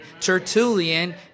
Tertullian